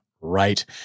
right